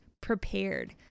prepared